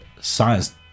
science